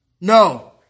No